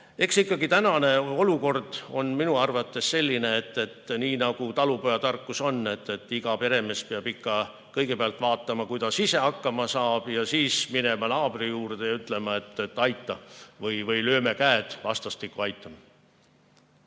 Eks ikkagi tänane olukord on minu arvates selline, et nii nagu talupojatarkus on: iga peremees peab ikka kõigepealt vaatama, kuidas ise hakkama saab, ja siis minema naabri juurde ja ütlema, et aita või lööme käed vastastikku aitamiseks.